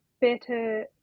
better